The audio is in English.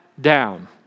down